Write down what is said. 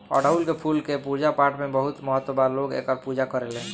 अढ़ऊल के फूल के पूजा पाठपाठ में बहुत महत्व बा लोग एकर पूजा करेलेन